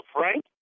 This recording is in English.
Frank